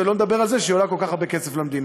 שלא לדבר על זה שהיא עולה כל כך הרבה כסף למדינה.